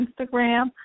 Instagram